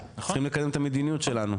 צריכים לקדם את המדיניות שלנו,